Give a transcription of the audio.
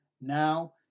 Now